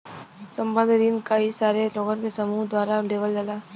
संबंद्ध रिन कई सारे लोग के समूह द्वारा देवल जाला